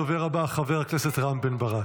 הדובר הבא, חבר הכנסת רם בן ברק.